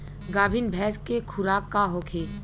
गाभिन भैंस के खुराक का होखे?